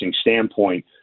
standpoint